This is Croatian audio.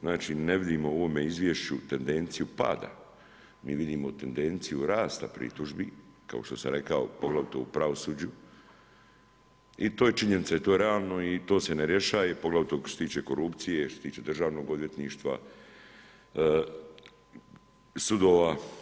Znači ne vidimo u ovom izvješću tendenciju pada, mi vidimo tendenciju rasta pritužbi kao što sam rekao poglavito u pravosuđu i to je činjenica i to je realno i to se ne rješava poglavito što se tiče korupcije, što se tiče Državnog odvjetništva, sudova.